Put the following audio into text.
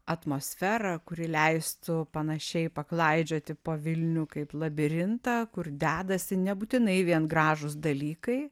atmosferą kuri leistų panašiai paklaidžioti po vilnių kaip labirintą kur dedasi nebūtinai vien gražūs dalykai